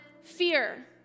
fear